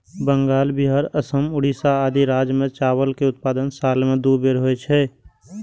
बंगाल, बिहार, असम, ओड़िशा आदि राज्य मे चावल के उत्पादन साल मे दू बेर होइ छै